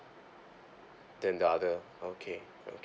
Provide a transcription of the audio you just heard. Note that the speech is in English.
then the other okay okay